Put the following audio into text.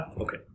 Okay